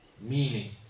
meaning